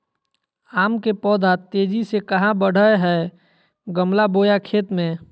आम के पौधा तेजी से कहा बढ़य हैय गमला बोया खेत मे?